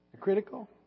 critical